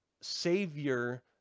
savior